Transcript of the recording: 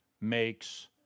makes